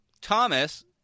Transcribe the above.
Thomas